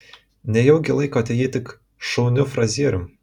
nejaugi laikote jį tik šauniu frazierium